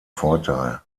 vorteil